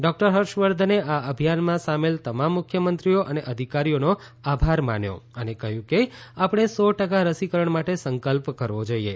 doctor હર્ષવર્ધને આ અભિયાનમાં સામેલ તમામ મુખ્યમંત્રીઓ અને અધિકારીઓનો આભાર માન્યો અને કહ્યું કે આપણે સો ટકા રસીકરણ માટે સંકલ્પ કરવો જોઈએ